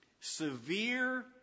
severe